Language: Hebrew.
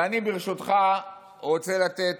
אני, ברשותך, רוצה לתת